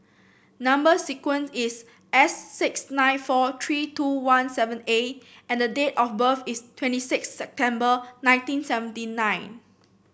number sequence is S six nine four three two one seven A and date of birth is twenty six September nineteen seventy nine